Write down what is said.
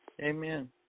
Amen